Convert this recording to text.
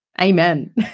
Amen